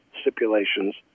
stipulations